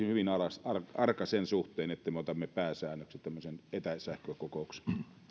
hyvin arka sen suhteen että me otamme pääsäännöksi tämmöisen etäkokouksen